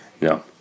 No